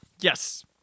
Yes